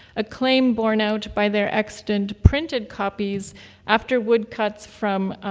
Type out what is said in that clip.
a claim born out by their extant printed copies after wood cuts from.